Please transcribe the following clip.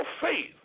faith